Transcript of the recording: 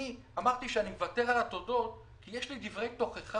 אני אמרתי שאני מוותר על התודות כי יש לי דברי תוכחה.